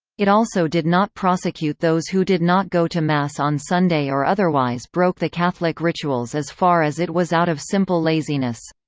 it also did not prosecute those who did not go to mass on sunday or otherwise broke the catholic rituals as far as it was out of simple laziness.